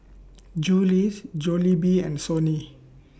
Julie's Jollibee and Sony